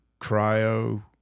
cryo